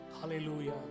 Hallelujah